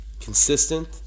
consistent